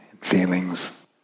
feelings